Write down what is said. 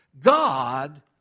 God